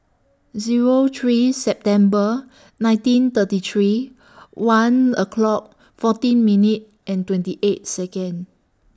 Zero three September nineteen thirty three one o'clock fourteen minute and twenty eight Second